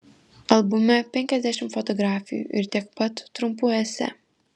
albume penkiasdešimt fotografijų ir tiek pat trumpų esė